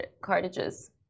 cartridges